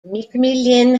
mcmillan